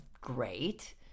great